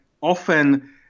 often